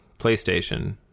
PlayStation